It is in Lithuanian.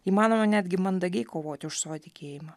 įmanoma netgi mandagiai kovot už savo tikėjimą